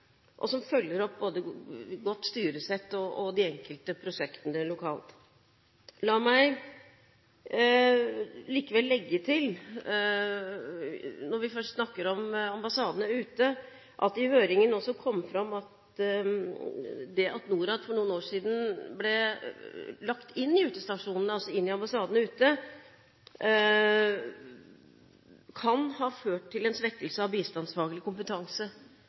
og som følger godt opp både styresett og de enkelte prosjektene lokalt. La meg likevel legge til når vi først snakker om ambassadene ute, at det i høringen også kom fram at det at Norad for noen år siden ble lagt inn i utestasjonene – altså inn i ambassadene ute – kan ha ført til en svekkelse av bistandsfaglig kompetanse.